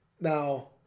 now